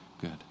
good